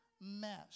mess